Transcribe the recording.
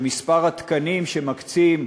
שמספר התקנים שמקצים,